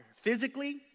physically